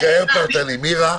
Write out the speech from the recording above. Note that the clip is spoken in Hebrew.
אז זה יישאר פרטני, מירה.